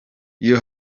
iyo